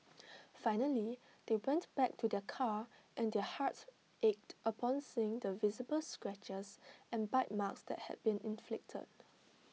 finally they went back to their car and their hearts ached upon seeing the visible scratches and bite marks that had been inflicted